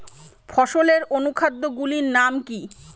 ফসলের অনুখাদ্য গুলির নাম কি?